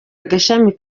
agashami